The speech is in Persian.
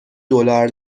دلار